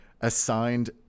assigned